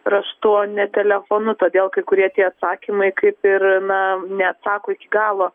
raštu o ne telefonu todėl kai kurie tie atsakymai kaip ir na neatsako iki galo